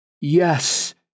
yes